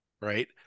Right